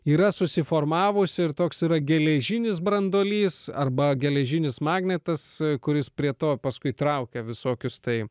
yra susiformavusi ir toks yra geležinis branduolys arba geležinis magnetas kuris prie to paskui traukia visokius tai